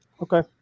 Okay